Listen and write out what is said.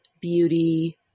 beauty